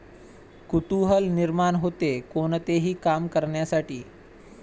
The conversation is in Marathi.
कुतूहल निर्माण होते, कोणतेही काम करण्यासाठी